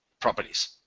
properties